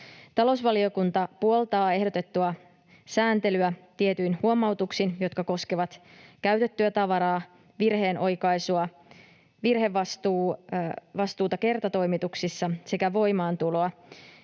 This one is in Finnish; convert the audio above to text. Talousvaliokunta puoltaa ehdotettua sääntelyä tietyin huomautuksin, jotka koskevat käytettyä tavaraa, virheen oikaisua, virhevastuuta kertatoimituksissa sekä voimaantuloa,